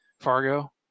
Fargo